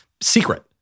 secret